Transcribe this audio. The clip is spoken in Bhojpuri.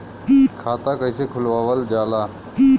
खाता कइसे खुलावल जाला?